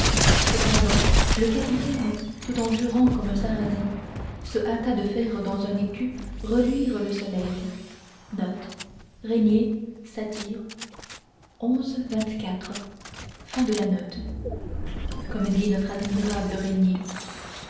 cependant le capitaine tout en jurant comme un sarrasin se hâta de faire dans un écu reluire le soleil comme dit notre admirable régnier